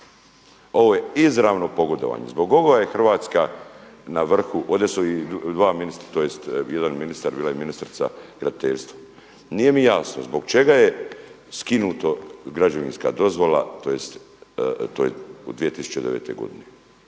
Ovo je izravno pogodovanje, zbog ovoga je Hrvatska na vrhu. Ovdje su i dva ministra, tj. bila je ministrica graditeljstva. Nije mi jasno zbog čega je skinuta građevinska dozvola tj. to je u 2009. godini.